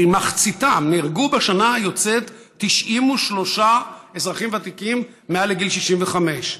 נהרגו בשנה היוצאת 93 אזרחים ותיקים מעל גיל 65,